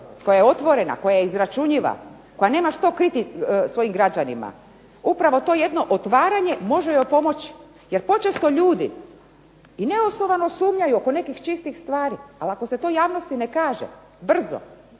koja je otvorena, koja je izračunjiva, koja nema što kriti svojim građanima upravo to jedno otvaranje može joj pomoći. Jer počesto ljudi i neosnovano sumnjaju oko nekih čistih stvari. Ali ako se to javnosti ne kaže brzo,